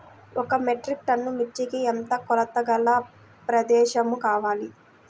ఒక metric ton మిర్చికి ఎంత కొలతగల ప్రదేశము కావాలీ?